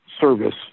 service